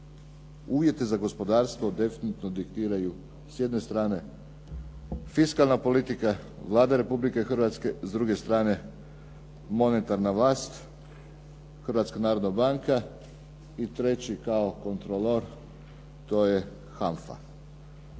uvjete za gospodarstvo definitivno diktiraju s jedne strane fiskalna politika, Vlada Republike Hrvatske, s druge strane monetarna vlast, Hrvatska narodna banka i treći kao kontrolor to je HANFA.